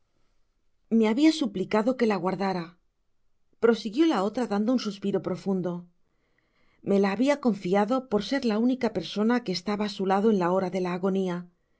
me habia suplicado que la guardara prosigió la otra dando un suspiro profundo me la habia confiado por ser la única persona que estaba á su lado en la hora de la agonia